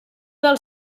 del